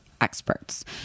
experts